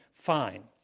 fine.